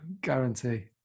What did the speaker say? Guarantee